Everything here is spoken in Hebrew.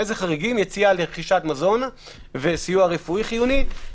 חריגים כמו יציאה לרכישת מזון וסיוע רפואי חיוני,